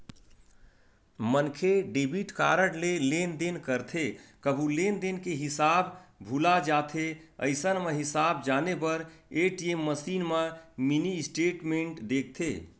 मनखे debit card ले लेनदेन करथे कभू लेनदेन के हिसाब भूला जाथे अइसन म हिसाब जाने बर ए.टी.एम मसीन म मिनी स्टेटमेंट देखथे